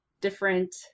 different